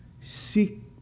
Seek